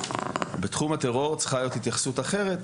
בתחום הטרור צריכה להיות התייחסות אחרת,